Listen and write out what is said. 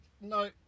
No